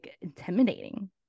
intimidating